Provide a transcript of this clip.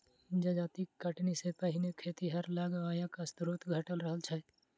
जजाति कटनी सॅ पहिने खेतिहर लग आयक स्रोत घटल रहल छै